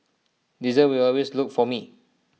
diesel will always look for me